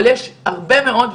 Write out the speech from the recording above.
אבל יש הרבה מאוד,